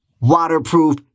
waterproof